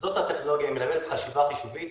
זו הטכנולוגיה, היא מלמדת חשיבה חישובית.